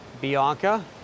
Bianca